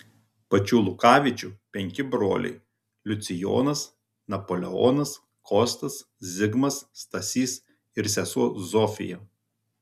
pačių lukavičių penki broliai liucijonas napoleonas kostas zigmas stasys ir sesuo zofija